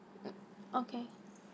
okay